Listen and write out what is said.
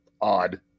odd